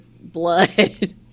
blood